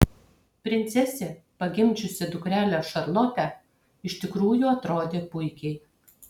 princesė pagimdžiusi dukrelę šarlotę iš tikrųjų atrodė puikiai